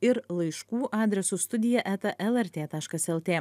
ir laiškų adresu studija eta lrt taškas lt